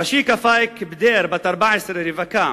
רשיקה פאיק בדיר, בת 14, רווקה,